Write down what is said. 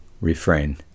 Refrain